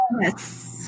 Yes